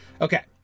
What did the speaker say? Okay